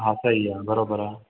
हा सही आहे बराबरि आहे